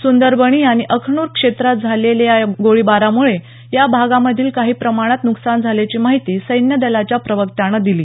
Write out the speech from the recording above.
सुंदरबनी आणि अखनूर क्षेत्रात झालेल्या या गोळीबारामुळे या भागा काही प्रमाणात नुकसान झाल्याची माहिती सैन्यदलाच्या प्रवक्त्यानं दिली